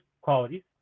qualities